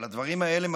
אבל הדברים האלה הם